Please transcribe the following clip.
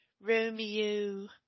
Romeo